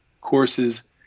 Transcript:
courses